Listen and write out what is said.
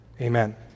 Amen